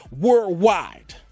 worldwide